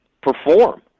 perform